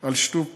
על שיתוף הפעולה.